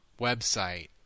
website